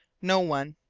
no one.